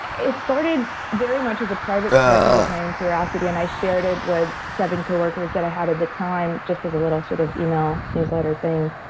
it started very much as a private record of my own curiosity and i shared it with seven co-workers that i had at the time just as an sort of email newsletter thing.